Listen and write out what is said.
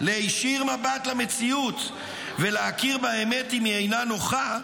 להישיר מבט למציאות ולהכיר באמת אם היא אינה נוחה,